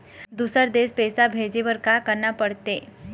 दुसर देश पैसा भेजे बार का करना पड़ते?